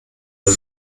der